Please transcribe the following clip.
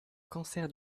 cancer